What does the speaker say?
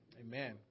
Amen